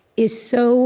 is so